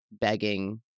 begging